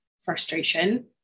frustration